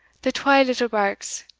the twa little barks,